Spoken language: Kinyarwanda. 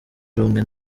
rumwe